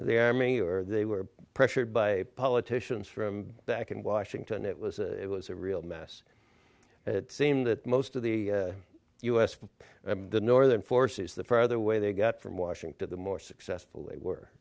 their army or they were pressured by politicians from back in washington it was it was a real mess it seemed that most of the us from the northern forces the further away they got from washington the more successful they were